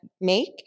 make